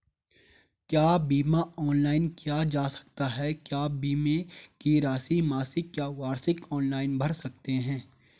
क्या बीमा ऑनलाइन किया जा सकता है क्या बीमे की राशि मासिक या वार्षिक ऑनलाइन भर सकते हैं?